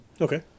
Okay